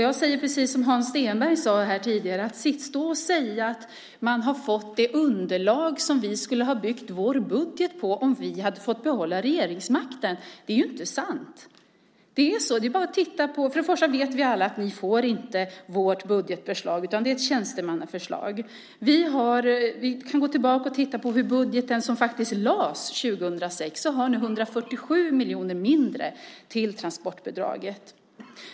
Jag säger precis som Hans Stenberg sade tidigare, att stå och säga att man har fått det underlag som vi skulle ha byggt vår budget på om vi hade fått behålla regeringsmakten - det är ju inte sant. Först och främst vet vi alla att ni inte får vårt budgetförslag utan att det är ett tjänstemannaförslag. Vi kan gå tillbaka och titta på hur den budget som faktiskt lades fram 2006 såg ut. Då ser vi att ni har 147 miljoner mindre till transportbidraget.